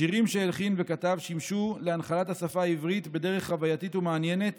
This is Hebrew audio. השירים שהלחין וכתב שימשו להנחלת השפה העברית בדרך חווייתית ומעניינת